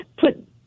put